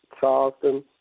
Charleston